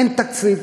אין תקציב.